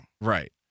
right